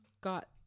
got